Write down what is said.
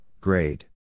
grade